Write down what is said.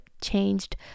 changed